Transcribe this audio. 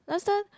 last time